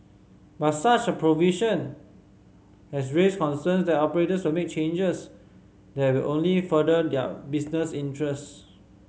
but such a provision has raised concerns that operators will make changes that will only further their business interest